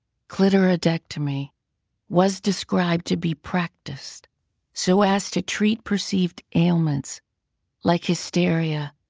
clitorodectomy was described to be practiced so as to treat perceived ailments like hysteria,